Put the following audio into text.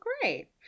Great